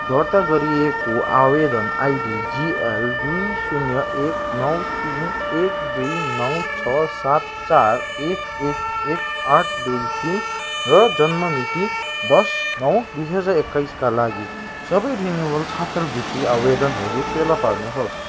दर्ता गरिएको आवेदन आइडी जिएल दुई शून्य एक नौ तिन एक दुई नौ छ सात चार एक एक एक आठ दुई तिन र जन्म मिति दस नौ दुई हजार एक्काइसका लागि सबै रिनिवल छात्रवृत्ति आवेदनहरू फेला पार्नुहोस्